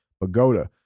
Pagoda